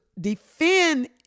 defend